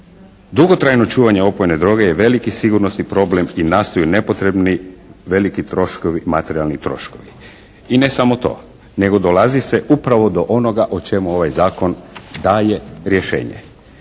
Dugotrajno čuvanje opojne droge je veliki sigurnosni problem i nastaju nepotrebni veliki troškovi, materijalni troškovi. I ne samo to nego dolazi se upravo do onoga o čemu ovaj zakon daje rješenje.